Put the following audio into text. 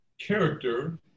character